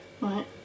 Right